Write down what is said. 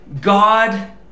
God